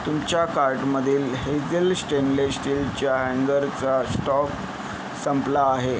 तुमच्या कार्टमधील hazel stainless स्टीलच्या हँगरचा स्टॉक संपला आहे